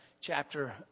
chapter